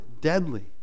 deadly